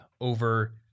over